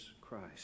Christ